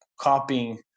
copying